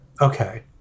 Okay